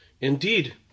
indeed